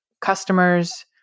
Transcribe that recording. customers